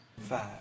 Five